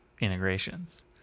integrations